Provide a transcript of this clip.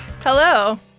hello